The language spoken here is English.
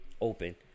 open